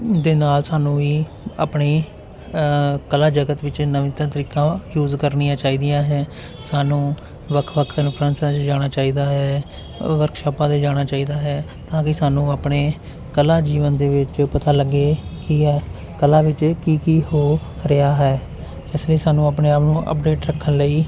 ਦੇ ਨਾਲ ਸਾਨੂੰ ਵੀ ਆਪਣੀ ਕਲਾ ਜਗਤ ਵਿੱਚ ਨਵੀਨਤਮ ਤਕਨੀਕਾਂ ਯੂਜ਼ ਕਰਨੀਆਂ ਚਾਹੀਦੀਆਂ ਹੈ ਸਾਨੂੰ ਵੱਖ ਵੱਖ ਇਨਫਲੁਐਸਾਂ 'ਚ ਜਾਣਾ ਚਾਹੀਦਾ ਹੈ ਵਰਕਸ਼ਾਪਾਂ 'ਤੇ ਜਾਣਾ ਚਾਹੀਦਾ ਹੈ ਤਾਂ ਕਿ ਸਾਨੂੰ ਆਪਣੇ ਕਲਾ ਜੀਵਨ ਦੇ ਵਿੱਚ ਪਤਾ ਲੱਗੇ ਕੀ ਹੈ ਕਲਾ ਵਿੱਚ ਕੀ ਕੀ ਹੋ ਰਿਹਾ ਹੈ ਇਸ ਲਈ ਸਾਨੂੰ ਆਪਣੇ ਆਪ ਨੂੰ ਅਪਡੇਟ ਰੱਖਣ ਲਈ